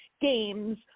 games